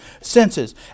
senses